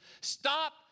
stop